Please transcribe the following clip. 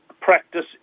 practice